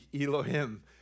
Elohim